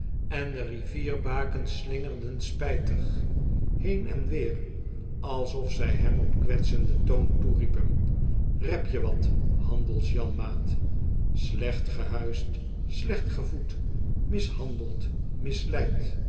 en de rivierbakens slingerden spijtig heen en weer alsof zij hem op kwetsenden toon toeriepen rep je wat handel s janm aat slecht gehuisd slecht gevoed mishandeld misleid